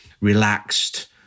Relaxed